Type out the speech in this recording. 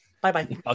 Bye-bye